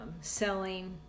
selling